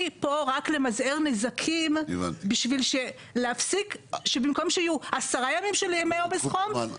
אני פה רק למזער נזקים בשביל שבמקום שיהיו עשרה ימים של ימי עומס חום,